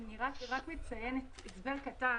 אני רק מציינת הסבר קטן.